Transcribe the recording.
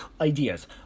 ideas